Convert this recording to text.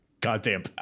goddamn